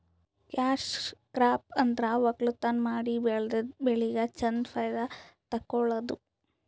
cash crop ಅಂದ್ರ ವಕ್ಕಲತನ್ ಮಾಡಿ ಬೆಳದಿದ್ದ್ ಬೆಳಿಗ್ ಚಂದ್ ಫೈದಾ ತಕ್ಕೊಳದು